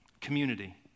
Community